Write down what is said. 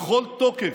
בכל תוקף,